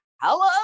Hello